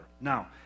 Now